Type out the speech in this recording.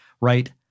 right